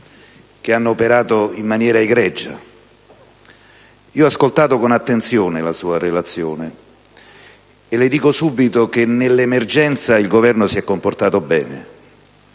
che hanno operato in maniera egregia. Ho ascoltato con attenzione la sua relazione, e le dico subito che nell'emergenza il Governo si è comportato e